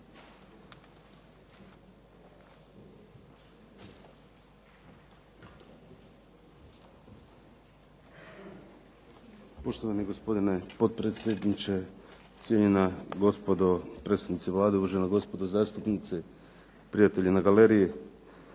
Poštovani gospodine potpredsjedniče, cijenjena gospodo predstavnici Vlade, uvažena gospodo zastupnici, prijatelji na galeriji.